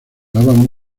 daban